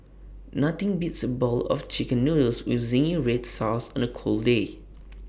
nothing beats A bowl of Chicken Noodles with Zingy Red Sauce on A cold day